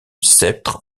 sceptre